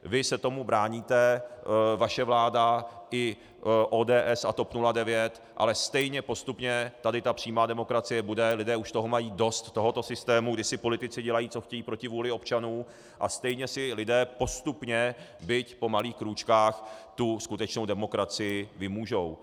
Vy se tomu bráníte, vaše vláda i ODS a TOP 09, ale stejně postupně tady ta přímá demokracie bude, lidé už toho mají dost, tohoto systému, kdy si politici dělají, co chtějí, proti vůli občanů, a stejně si lidé postupně, byť po malých krůčkách, tu skutečnou demokracii vymůžou.